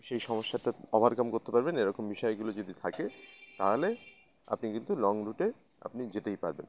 সেই সমস্যাটা ওভারকাম করতে পারবেন এরকম বিষয়গুলো যদি থাকে তাহলে আপনি কিন্তু লং রুটে আপনি যেতেই পারবেন